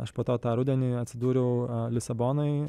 aš po to tą rudenį atsidūriau lisabonoj